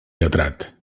lletrat